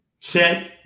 Check